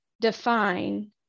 define